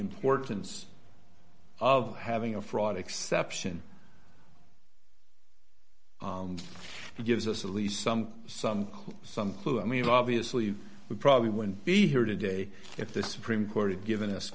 importance of having a fraud exception gives us at least some some some clue i mean obviously we probably wouldn't be here today if this supreme court had given us